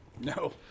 No